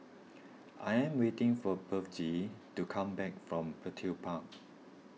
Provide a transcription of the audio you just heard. I am waiting for Bethzy to come back from Petir Park